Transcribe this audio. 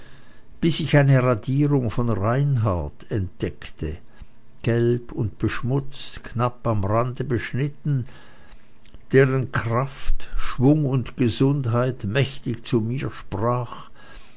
bis ich eine radierung von reinhart entdeckte gelb und beschmutzt knapp am rande beschnitten deren kraft schwung und gesundheit mächtig zu mir sprach